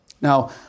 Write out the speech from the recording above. Now